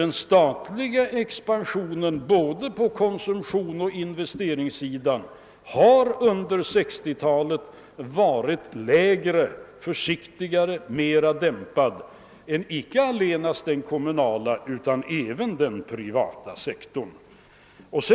Den statliga expansionen på både konsumtionsoch investeringssidan har nämligen under 1960-talet varit lägre, försiktigare och mer dämpad än icke allenast den kommunala utan även den privata sektorns expansion.